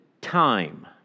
time